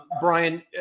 Brian